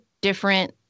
different